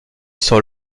sur